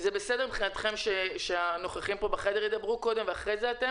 זה בסדר מבחינתכם שהנוכחים פה בחדר ידברו קודם ואחרי כן חברי הכנסת,